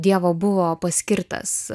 dievo buvo paskirtas